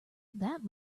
that